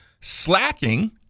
slacking